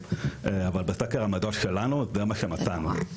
אבל בסקר עמדות שלנו זה מה שמצאנו.